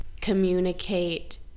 communicate